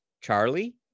Charlie